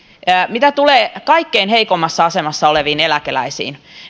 mitä tulee kaikkein heikoimmassa asemassa oleviin eläkeläisiin